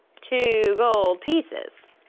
two gold pieces,